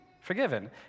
forgiven